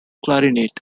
clarinet